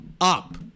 up